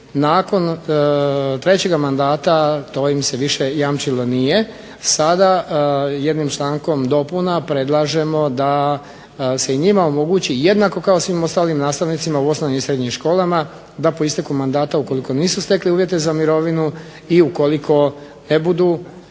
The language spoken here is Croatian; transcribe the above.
nakon trećega mandata to im se više jamčilo nije. Sada jednim člankom dopuna predlažemo da se i njima omogući jednako kao svim ostalim nastavnicima u osnovnim i srednjim školama, da po isteku mandata ukoliko nisu stekli uvjete za mirovinu i ukoliko ne budu